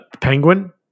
Penguin